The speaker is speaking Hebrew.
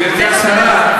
גברתי השרה,